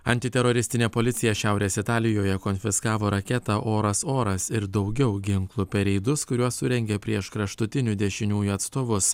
antiteroristinė policija šiaurės italijoje konfiskavo raketą oras oras ir daugiau ginklų per reidus kuriuos surengė prieš kraštutinių dešiniųjų atstovus